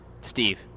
Steve